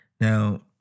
Now